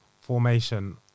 Formation